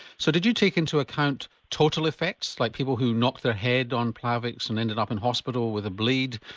so did you take into account total effects like people who knock their head on plavix and ended up in hospital with a bleed,